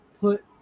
put